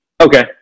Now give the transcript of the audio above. Okay